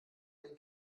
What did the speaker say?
den